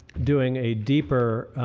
doing a deeper